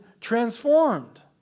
transformed